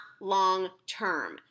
long-term